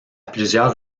plusieurs